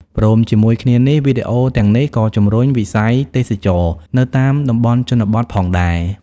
ព្រមជាមួយគ្នានេះ វីដេអូទាំងនេះក៏ជំរុញវិស័យទេសចរណ៍នៅតាមតំបន់ជនបទផងដែរ។